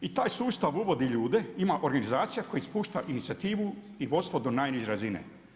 I taj sustav uvodi ljude ima organizacija koja spušta inicijativu i vodstvo do najniže razine.